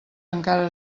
encara